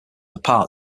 apart